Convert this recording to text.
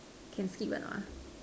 can skip or not